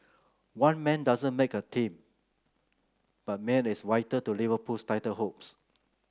one man doesn't make a team but Mane is white to Liverpool's title hopes